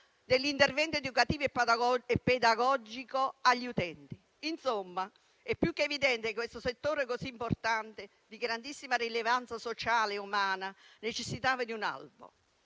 dell'intervento educativo e pedagogico agli utenti. Insomma, è più che evidente che questo settore così importante, di grandissima rilevanza sociale e umana, necessitava di un albo.